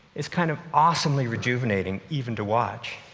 it's kind of awesomely rejuvenating even to watch.